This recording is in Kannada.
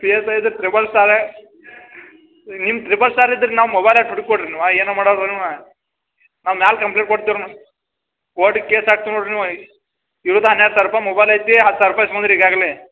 ಪಿ ಎಸ್ ಐ ಇದ್ರ ತ್ರಿಬಲ್ ಸ್ಟಾರ್ ನಿಮ್ಮ ತ್ರಿಬಲ್ ಸ್ಟಾರ್ ಇದ್ರೆ ನಾವು ಮೊಬೈಲ್ ಯಾಕೆ ಹುಡುಕಿ ಕೊಡ್ರಿ ನೀವು ಏನು ಮಾಡೋದು ನೀವ ನಾವು ಮ್ಯಾಲ ಕಂಪ್ಲೇಂಟ್ ಕೊಡ್ತೀವಿ ರೀ ಮತ್ತು ಕೋರ್ಟಿಗೆ ಕೇಸ್ ಹಾಕ್ತಿವ್ ನೋಡ್ರಿ ನೀವು ಇರುದ ಹನ್ನೆರಡು ಸಾವಿರ ರೂಪಾಯಿ ಮೊಬೈಲ್ ಐತೀ ಹತ್ತು ಸಾವಿರ ರೂಪಾಯಿ ಇಸ್ಕುಂದಿರ ಈಗಾಗಲೆ